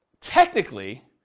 technically